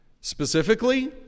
Specifically